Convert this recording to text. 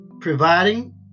providing